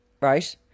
Right